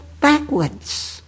backwards